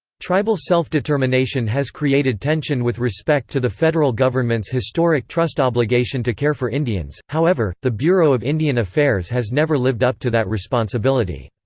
tribal self-determination has created tension with respect to the federal government's historic trust obligation to care for indians however, the bureau of indian affairs has never lived up to that responsibility.